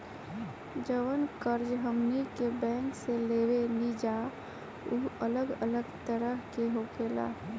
जवन कर्ज हमनी के बैंक से लेवे निजा उ अलग अलग तरह के होखेला